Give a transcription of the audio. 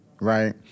right